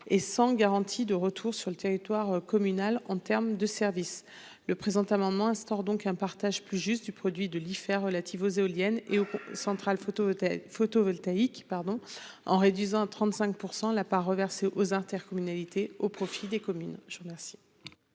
et sans garantie de retour sur le territoire communal en terme de service. Le présent amendement instaure donc un partage plus juste du produit de l'IFER relatives aux éoliennes et aux centrales photovoltaïque photovoltaïque pardon en réduisant à 35% la part reversée aux intercommunalités au profit des communes.